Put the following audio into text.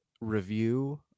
review